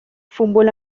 fútbol